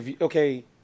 okay